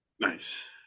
Nice